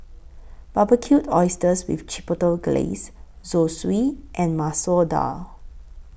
Barbecued Oysters with Chipotle Glaze Zosui and Masoor Dal